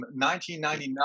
1999